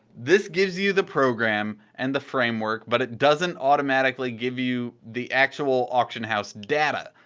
this gives you the program and the framework, but it doesn't automatically give you the actual auction house data.